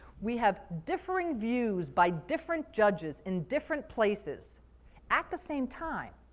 we have differing views by different judges in different places at the same time,